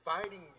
fighting